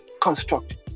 construct